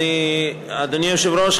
אדוני היושב-ראש,